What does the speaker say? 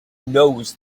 knows